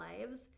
lives